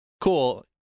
cool